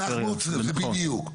אנחנו צריכים, בדיוק.